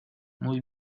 muy